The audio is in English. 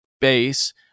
base